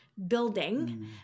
building